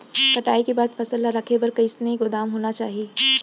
कटाई के बाद फसल ला रखे बर कईसन गोदाम होना चाही?